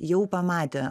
jau pamatė